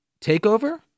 takeover